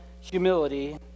humility